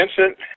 Vincent